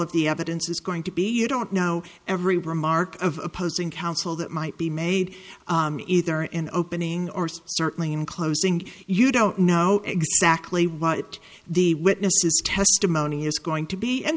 of the evidence is going to be you don't know every remark of opposing counsel that might be made either in opening or certainly in closing you don't know exactly what the witnesses testimony is going to be and